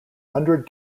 hundred